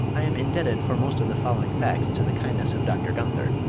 i am indebted for most of the following facts to the kindness of dr. gunther.